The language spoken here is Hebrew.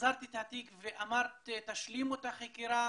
החזרת את התיק ואמרת: תשלימו את החקירה,